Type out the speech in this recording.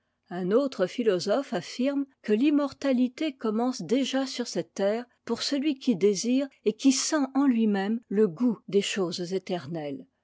un autre philosophe affirme que l'immortalité commence déjà sur cette terre pour celui qui désire et qui sent en tui même le goût des choses éternelles